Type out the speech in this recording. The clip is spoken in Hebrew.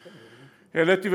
העליתי,